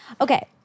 Okay